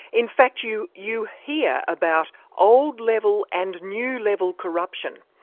in fact you you hear about old level and new level corruption.